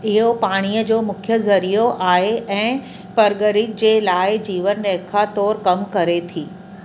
इहो पाणीअ जो मुख्य ज़रियो आहे ऐं परॻरी जे लाइ जीवन रेखा तौर कमु करे थी